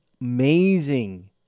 amazing